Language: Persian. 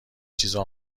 چیزو